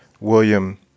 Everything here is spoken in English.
William